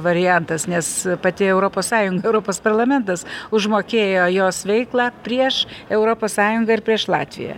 variantas nes pati europos sąjunga europos parlamentas užmokėjo jos veiklą prieš europos sąjungą ir prieš latviją